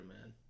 man